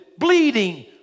bleeding